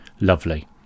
Lovely